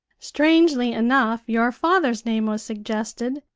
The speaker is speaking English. strangely enough your father's name was suggested,